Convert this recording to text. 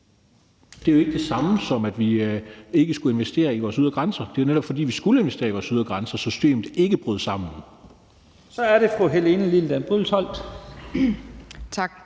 Det var jo ikke det samme, som at vi ikke skulle investere i vores ydre grænser, men det var jo netop, fordi vi skulle investere i vores ydre grænser, så systemet ikke brød sammen. Kl. 10:58 Første næstformand